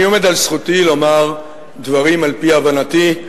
אני עומד על זכותי לומר דברים על-פי הבנתי,